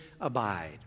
abide